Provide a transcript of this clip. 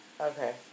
Okay